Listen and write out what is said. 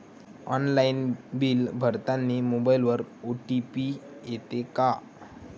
Online bill भरतानी मोबाईलवर OTP येते का?